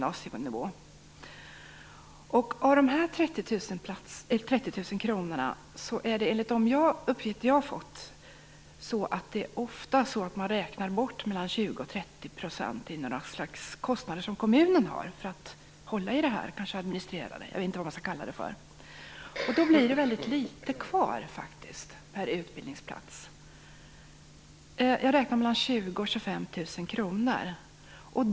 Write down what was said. Av dessa 30 000 kr räknar man, enligt de uppgifter jag har fått, ofta bort 20-30 % som kostnader som kommunen har för att hålla i det här - administration, kanske; jag vet inte vad man skall kalla det. Då blir det faktiskt väldigt litet kvar per utbildningsplats. Jag får det till 20 000-25 000 kr.